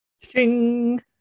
Ching